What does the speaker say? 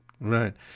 Right